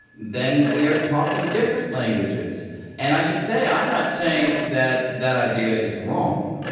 then we are talking different languages and i should say i'm not saying that that idea is wrong.